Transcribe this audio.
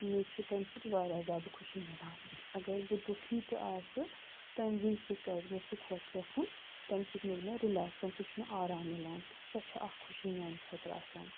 مےٚ چھُ تمہِ سۭتۍ واریاہ زیادٕ خوشی مِلان اَگر بہٕ دُکھی تہِ آسہٕ تمہِ وِز تہِ کَرِ مےٚ سُہ خۄش لٮ۪کھُن تَمہِ سۭتۍ مِلہِ مےٚ رِلیکس تَمہِ سۭتۍ چھُ مےٚ آرام مِلان تہٕ سۄ چھےٚ اَکھ خوشی میٛانہِ خٲطرٕ آسان